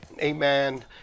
Amen